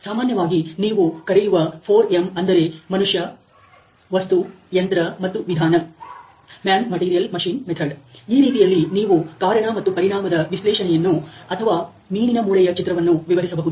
ಸಾಮಾನ್ಯವಾಗಿ ನೀವು ಕರೆಯುವ 4M ಅಂದರೆ ಮನುಷ್ಯಮ್ಯಾನ್ ವಸ್ತು ಯಂತ್ರ ಮತ್ತು ವಿಧಾನ ಈ ರೀತಿಯಲ್ಲಿ ನೀವು 'ಕಾರಣ ಮತ್ತು ಪರಿಣಾಮದ ವಿಶ್ಲೇಷಣೆ'ಯನ್ನು ಅಥವಾ 'ಮೀನಿನ ಮೂಳೆಯ ಚಿತ್ರ' ವನ್ನು ವಿವರಿಸಬಹುದು